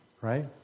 right